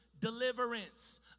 deliverance